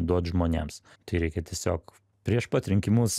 duot žmonėms tai reikia tiesiog prieš pat rinkimus